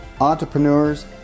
entrepreneurs